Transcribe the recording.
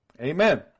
Amen